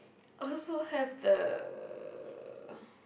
also have the